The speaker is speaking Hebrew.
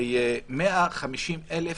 ו-110,000